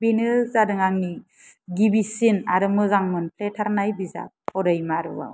बेनो जादों आंनि गिबिसिन आरो मोजां मोनफ्लेथारनाय बिजाब हरै मारुवाव